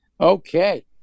okay